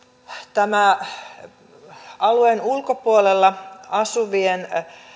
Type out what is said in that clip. tämä alueen ulkopuolella asuvien